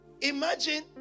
Imagine